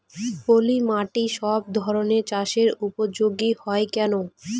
পলিমাটি সব ধরনের চাষের উপযোগী হয় কেন?